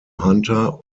hunter